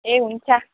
ए हुन्छ